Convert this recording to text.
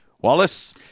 wallace